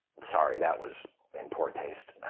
sorry. that was in poor taste.